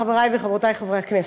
חברי וחברותי חברי הכנסת.